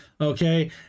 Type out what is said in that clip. okay